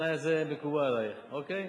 התנאי הזה מקובל עלייך, אוקיי?